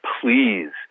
please